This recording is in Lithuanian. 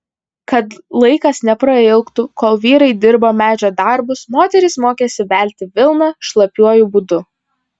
kad laikas neprailgtų kol vyrai dirbo medžio darbus moterys mokėsi velti vilną šlapiuoju būdu